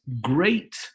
great